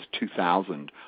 2000